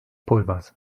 pulvers